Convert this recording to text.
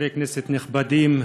חברי כנסת נכבדים,